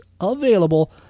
available